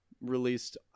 released